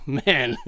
man